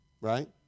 right